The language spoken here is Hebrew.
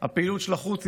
הפעילות של החות'ים